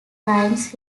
crimes